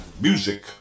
Music